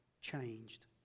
changed